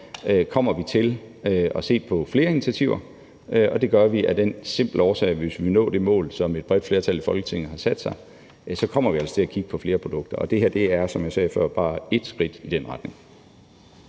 kommer vi til at se på flere initiativer, og det gør vi af den simple årsag, at hvis vi vil nå det mål, som et bredt flertal i Folketinget har sat sig, kommer vi altså til at kigge på flere produkter. Og det her er, som jeg sagde før, bare ét skridt i den retning.